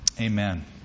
amen